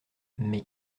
mais